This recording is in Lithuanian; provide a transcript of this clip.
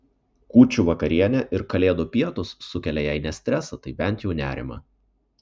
kūčių vakarienė ir kalėdų pietūs sukelia jei ne stresą tai bent jau nerimą